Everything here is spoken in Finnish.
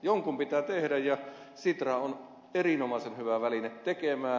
jonkun pitää tehdä ja sitra on erinomaisen hyvä väline tekemään